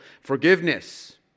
Forgiveness